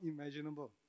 imaginable